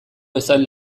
bezain